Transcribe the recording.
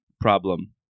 problem